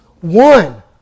one